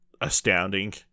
astounding